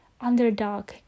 underdog